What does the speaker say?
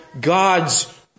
God's